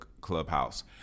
clubhouse